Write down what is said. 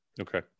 Okay